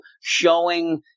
showing